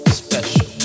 special